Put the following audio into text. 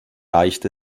reicht